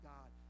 God